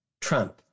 Trump